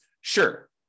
Sure